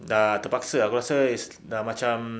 dah terpaksa ah aku rasa it's dah macam